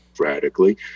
radically